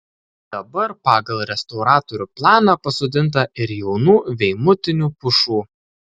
dabar pagal restauratorių planą pasodinta ir jaunų veimutinių pušų